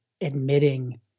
admitting